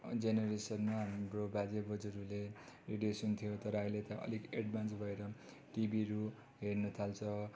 जेनेरेसनमा हाम्रो बाजे बोजूहरूले रेडियो सुन्थ्यो तर अहिले त अलिक एड्भान्स भएर टिभीहरू हेर्नुथाल्छ